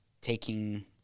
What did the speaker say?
taking